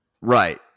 Right